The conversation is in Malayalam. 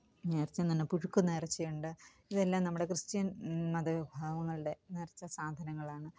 നേര്ച്ചേന്നന്നെ പുഴുക്ക് നേര്ച്ചയുണ്ട് ഇതെല്ലാം നമ്മുടെ ക്രിസ്റ്റ്യന് മതവിഭാഗങ്ങളുടെ നേര്ച്ച സാധനങ്ങളാണ്